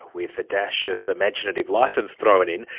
with a dash of imaginative licence thrown in,